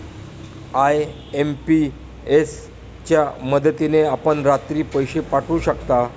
IMPS च्या मदतीने आपण रात्री पैसे पाठवू शकता